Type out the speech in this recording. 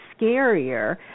scarier